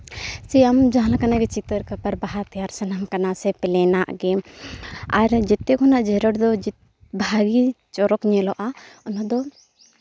ᱥᱤᱱᱟᱹᱢ ᱡᱟᱦᱟᱸᱞᱮᱠᱟ ᱜᱮ ᱪᱤᱛᱟᱹᱨ ᱠᱟᱯᱟᱨ ᱵᱟᱦᱟ ᱛᱮᱭᱟᱨ ᱥᱟᱱᱟᱢ ᱠᱟᱱᱟ ᱥᱮ ᱯᱮᱱᱮᱱᱟᱜ ᱜᱮ ᱟᱨ ᱡᱮᱛᱮ ᱨᱮᱱᱟᱜ ᱡᱮᱨᱮᱲ ᱫᱚ ᱵᱷᱟᱹᱜᱤ ᱪᱚᱨᱚᱠ ᱧᱮᱞᱚᱜᱼᱟ ᱩᱱᱫᱚ